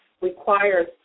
requires